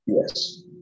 Yes